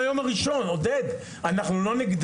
אני אומר לו מהיום הראשון, עודד, אנחנו לא נגדך.